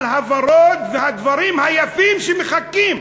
על הוורוד ועל הדברים היפים שמחכים.